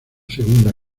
segunda